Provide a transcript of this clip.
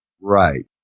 Right